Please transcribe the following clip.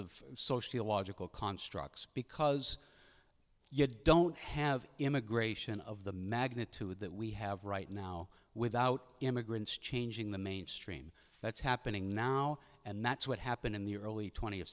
of sociological constructs because you don't have immigration of the magnitude that we have right now without immigrants changing the mainstream that's happening now and that's what happened in the early twentieth